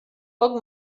poc